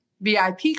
VIP